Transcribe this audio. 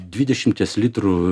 dvidešimties litrų